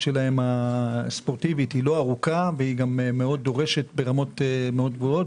שלהם הספורטיבית היא לא ארוכה ודורשת ברמות גבוהות.